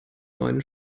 neuen